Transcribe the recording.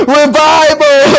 revival